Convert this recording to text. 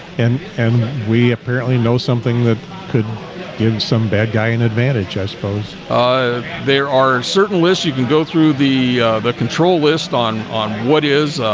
and and we apparently know something that could give some bad guy in advantage i suppose there are certain lists you can go through the the control list on on what is